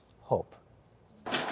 hope